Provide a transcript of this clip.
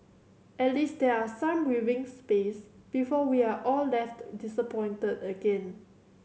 at least there are some breathing space before we are all left disappointed again